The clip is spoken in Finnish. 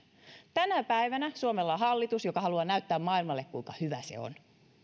tänä päivänä suomella on hallitus joka haluaa näyttää maailmalle kuinka hyvä se on